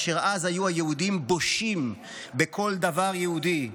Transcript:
אשר אז היו היהודים בושים בכל דבר יהודי.